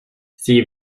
sie